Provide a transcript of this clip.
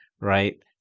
right